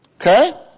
Okay